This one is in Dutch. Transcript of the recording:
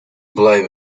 blijven